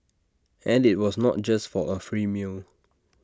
and IT was not just for A free meal